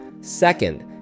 Second